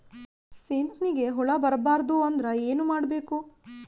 ಸೀತ್ನಿಗೆ ಹುಳ ಬರ್ಬಾರ್ದು ಅಂದ್ರ ಏನ್ ಮಾಡಬೇಕು?